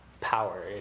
power